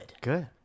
Good